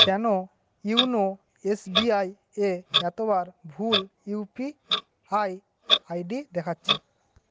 কেন YONO SBI এ এতবার ভুল ইউপিআই আইডি দেখাচ্ছে